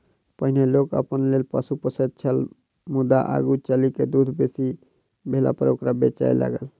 पहिनै लोक अपना लेल पशु पोसैत छल मुदा आगू चलि क दूध बेसी भेलापर ओकरा बेचय लागल